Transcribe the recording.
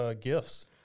gifts